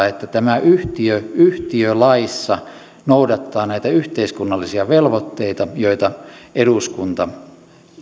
että tämä yhtiö yhtiölaissa noudattaa näitä yhteiskunnallisia velvoitteita joita eduskunta